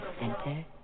center